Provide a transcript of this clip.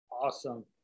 Awesome